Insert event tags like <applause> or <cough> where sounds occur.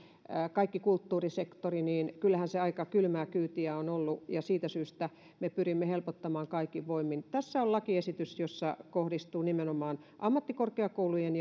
kaikki kulttuurisektori niin että kyllähän se aika kylmää kyytiä on ollut ja siitä syystä me pyrimme helpottamaan tätä kaikin voimin tässä on lakiesitys joka kohdistuu nimenomaan ammattikorkeakoulujen <unintelligible>